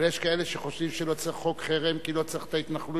אבל יש כאלה שחושבים שלא צריך חוק חרם כי לא צריך את ההתנחלויות,